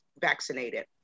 vaccinated